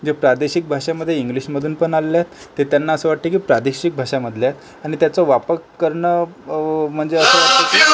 जे प्रादेशिक भाषेमध्ये इंग्लिशमधून पण आलेले तर त्यानं असं वाटते की प्रादेशिक भाषा मधले आहेत आणि त्यांचा वापर करणं म्हणजे